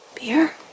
beer